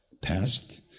Past